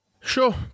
sure